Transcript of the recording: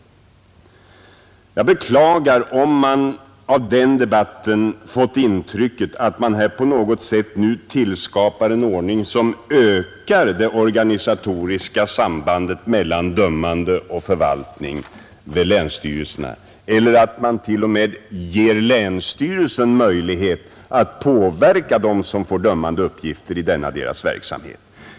Jag beklagar om man av den debatten har fått det intrycket att vi på något sätt skapar en ordning, som ökar det organisatoriska sambandet mellan dömande och förvaltning vid länsstyrelserna eller att man t.o.m. ger länsstyrelserna möjlighet att påverka dem som får dömande uppgifter i denna deras verksamhet.